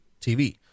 TV